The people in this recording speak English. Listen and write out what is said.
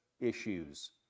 issues